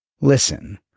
Listen